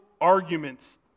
arguments